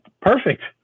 perfect